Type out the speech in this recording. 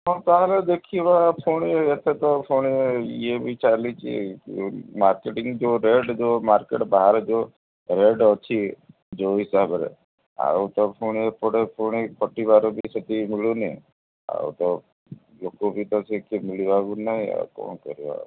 ତାହେଲେ ଦେଖିବା ଫୁଣି ଏତେ ତ ଫୁଣି ଇଏ ବି ଚାଲିଛି ମାର୍କେଟିଙ୍ଗ ଯେଉଁ ରେଟ୍ ଯେଉଁ ମାର୍କେଟ ବାହାରେ ଯେଉଁ ରେଟ୍ ଅଛି ଯେଉଁ ହିସାବରେ ଆଉ ତ ଫୁଣି ଏପଟେ ଫୁଣି ଖଟିବାର ବି ସେତିକି ମିଳୁନି ଆଉ ତ ଲୋକ ବି ତ ସେ କିଏ ମିଳିବାକୁ ନାହିଁ ଆଉ କ'ଣ କରିବା